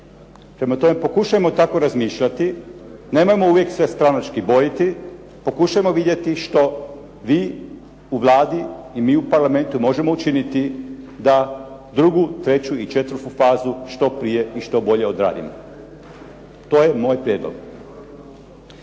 Prema tome, pokušajmo tako razmišljati. Nemojmo uvijek se stranački bojati. Pokušajmo vidjeti što vi u Vladi i mi u Parlamentu možemo učiniti da drugu, treću i četvrtu fazu što prije i što bolje odradimo. To je moj prijedlog.